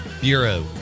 Bureau